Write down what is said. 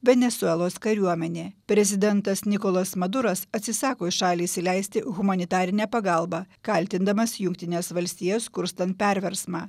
venesuelos kariuomenė prezidentas nikolas maduras atsisako į šalį įsileisti humanitarinę pagalbą kaltindamas jungtines valstijas kurstant perversmą